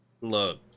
Look